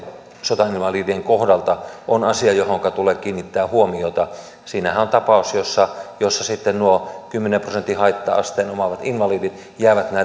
sotainvalidien kohdalta on asia johonka tulee kiinnittää huomiota siinähän on tapaus jossa sitten nuo kymmenen prosentin haitta asteen omaavat invalidit jäävät